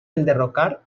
enderrocar